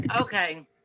Okay